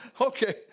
Okay